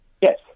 Yes